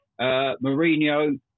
Mourinho